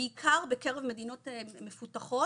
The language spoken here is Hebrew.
בעיקר בקרב מדינות מפותחות.